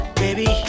baby